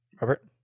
Robert